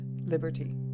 Liberty